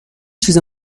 چیز